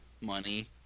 money